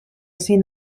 sin